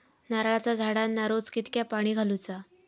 नारळाचा झाडांना रोज कितक्या पाणी घालुचा?